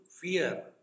fear